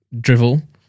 drivel